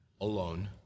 alone